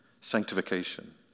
sanctification